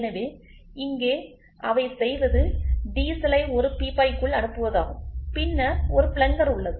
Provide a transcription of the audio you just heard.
எனவே இங்கே அவை செய்வது டீசலை ஒரு பீப்பாய்க்குள் அனுப்புவதாகும் பின்னர் ஒரு பிளங்கர் உள்ளது